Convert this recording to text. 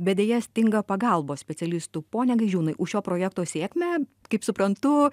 bet deja stinga pagalbos specialistų pone gaižiūnai už šio projekto sėkmę kaip suprantu